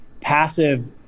passive